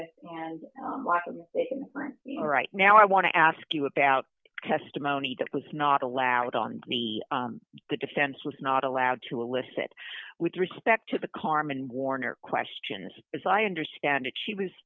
that and right now i want to ask you about testimony that was not allowed on the the defense was not allowed to elicit with respect to the carmen warner questions as i understand it she was